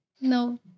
No